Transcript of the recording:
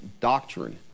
doctrine